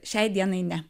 šiai dienai ne